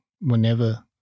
whenever